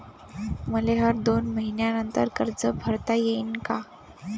मले हर दोन मयीन्यानंतर कर्ज भरता येईन का?